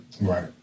Right